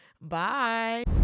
Bye